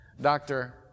Doctor